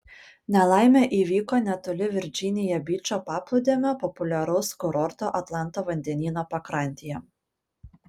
nelaimė įvyko netoli virdžinija byčo paplūdimio populiaraus kurorto atlanto vandenyno pakrantėje